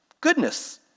Goodness